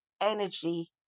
energy